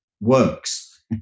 works